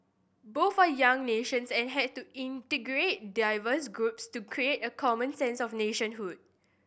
both are young nations and had to integrate diverse groups to create a common sense of nationhood